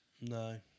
no